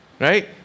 right